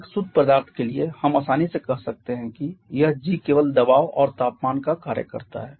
एक शुद्ध पदार्थ के लिए हम आसानी से कह सकते हैं कि यह G केवल दबाव और तापमान का कार्य करता है